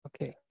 Okay